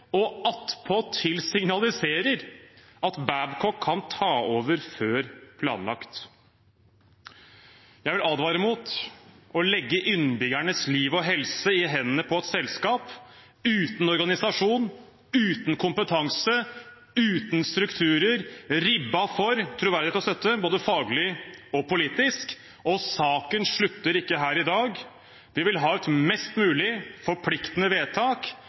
og attpåtil signaliserer at Babcock kan ta over før planlagt. Jeg vil advare mot å legge innbyggernes liv og helse i hendene på et selskap uten organisasjon, uten kompetanse, uten strukturer, ribbet for troverdighet og støtte både faglig og politisk. Saken slutter ikke her i dag. Vi vil ha et mest mulig forpliktende vedtak.